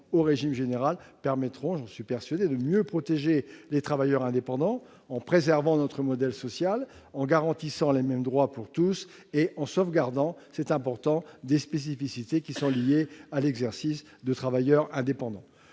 au régime général permettront, j'en suis persuadé, de mieux protéger les travailleurs indépendants en préservant notre modèle social, en garantissant les mêmes droits pour tous et en sauvegardant- c'est important -les spécificités liées à l'exercice de travailleur indépendant.